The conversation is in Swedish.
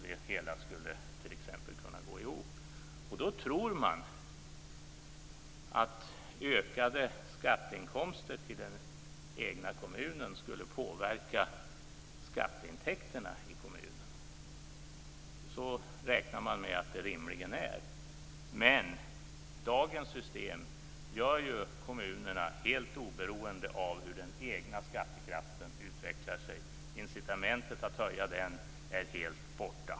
Det hela skulle då kunna gå ihop. Då tror man att ökade skatteinkomster till den egna kommunen skulle påverka skatteintäkterna i kommunen. Man räknar med att det rimligen är så. Men dagens system gör kommunerna helt oberoende av hur den egna skattekraften utvecklas. Incitamentet för att öka den är helt borta.